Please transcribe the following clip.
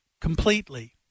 completely